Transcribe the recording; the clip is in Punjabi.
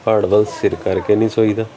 ਹਾਡਬਲ ਸਿਰ ਕਰਕੇ ਨਹੀਂ ਸੌਂਈ ਦਾ